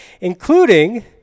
including